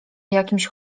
jakimś